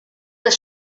das